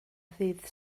ddydd